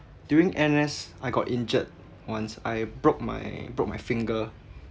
during N_S I got injured once I broke my broke my finger